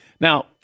Now